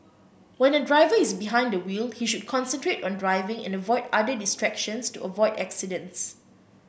when a driver is behind the wheel he should concentrate on driving and avoid other distractions to avoid accidents